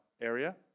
area